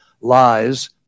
lies